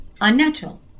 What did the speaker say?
unnatural